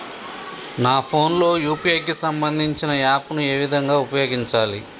నా ఫోన్ లో యూ.పీ.ఐ కి సంబందించిన యాప్ ను ఏ విధంగా ఉపయోగించాలి?